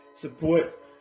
Support